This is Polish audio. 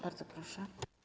Bardzo proszę.